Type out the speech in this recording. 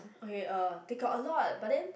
okay uh they got a lot but then